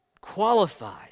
qualified